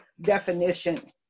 definition